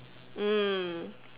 mm